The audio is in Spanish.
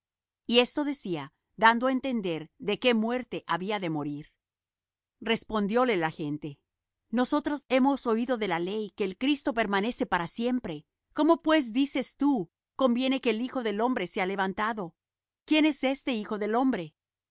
y esto decía dando á entender de qué muerte había de morir respondióle la gente nosotros hemos oído de la ley que el cristo permanece para siempre cómo pues dices tú conviene que el hijo del hombre sea levantado quién es este hijo del hombre